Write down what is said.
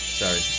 sorry